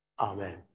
Amen